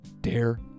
Dare